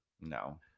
No